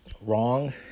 wrong